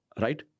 Right